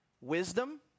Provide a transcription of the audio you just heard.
wisdom